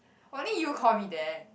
only you call me that